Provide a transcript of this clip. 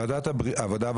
ועדת העבודה,